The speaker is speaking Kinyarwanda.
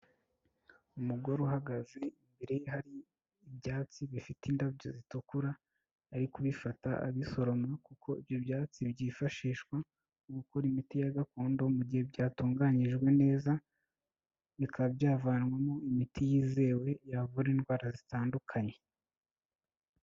Umugore uhagaze imbere ye hari ibyatsi bifite indabyo zitukura, ari kubifata abisoroma kuko ibyo byatsi byifashishwa mu gukora imiti ya gakondo mu gihe byatunganyijwe neza, bikaba byavanwamo imiti yizewe yavura indwara zitandukanye.